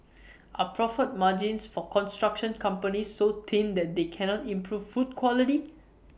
are profit margins for construction companies so thin that they cannot improve food quality